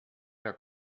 herr